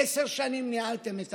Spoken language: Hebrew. עשר שנים ניהלתם את